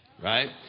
right